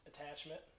Attachment